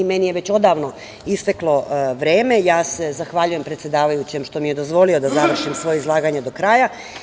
Meni je već odavno isteklo vreme, a ja se zahvaljujem predsedavajućem što mi je dozvolio da završim svoje izlaganje do kraja.